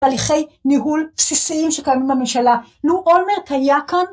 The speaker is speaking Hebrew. בתהליכי ניהול בסיסיים שקיימים בממשלה. לו אולמרט היה כאן